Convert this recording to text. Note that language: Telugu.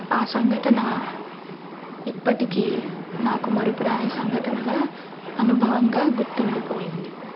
ఆ సంఘటన ఇప్పటికీ నాకు మరపురాని సంఘటనల అనుభవంగా గుర్తుండిపోయింది